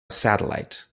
satellite